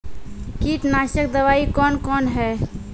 कीटनासक दवाई कौन कौन हैं?